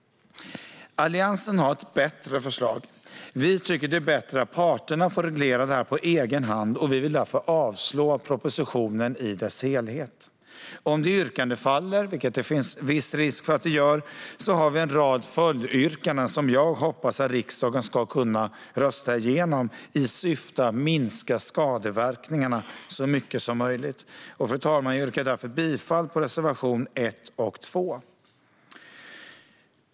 Alliansen har ett bättre förslag. Vi tycker att det är bättre att parterna får reglera detta på egen hand. Vi vill därför avslå propositionen i dess helhet. Om det yrkandet faller, vilket det finns risk för, har vi en rad följdyrkanden som jag hoppas att riksdagen kan rösta igenom i syfte att minska skadeverkningarna så mycket som möjligt. Fru talman! Jag yrkar därför bifall till reservationerna 1 och 2.